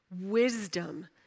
wisdom